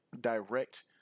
direct